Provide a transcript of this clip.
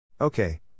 Okay